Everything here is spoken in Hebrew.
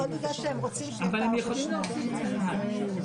אני רוצה להגיד גם משהו.